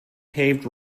paved